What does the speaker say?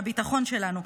לביטחון שלנו?